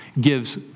gives